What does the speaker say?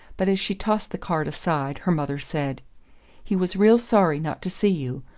but as she tossed the card aside her mother said he was real sorry not to see you.